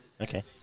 Okay